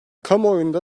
kamuoyunda